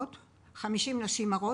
50 נשים הרות,